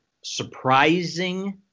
surprising